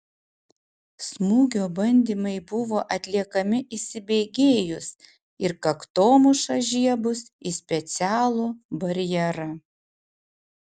smūgio bandymai buvo atliekami įsibėgėjus ir kaktomuša žiebus į specialų barjerą